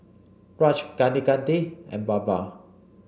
Raj Kaneganti and Baba